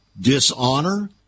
dishonor